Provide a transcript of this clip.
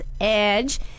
Edge